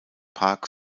park